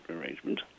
arrangement